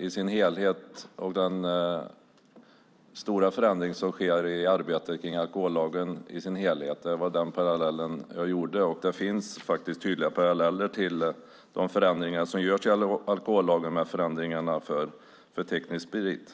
i sin helhet och den stora förändring som sker i arbetet med alkohollagen i sin helhet. Det var den parallellen jag gjorde. Det finns tydliga paralleller till förändringarna för teknisk sprit i de förändringar som görs i alkohollagen.